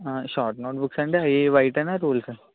short note books అంటే అవి వైటేనా రూల్సా